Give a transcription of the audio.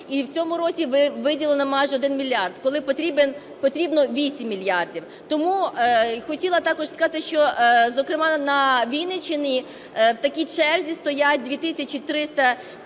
і в цьому році виділено майже 1 мільярд, коли потрібно 8 мільярдів. Тому хотіла також сказати, що, зокрема, на Вінниччині в такій черзі стоять 2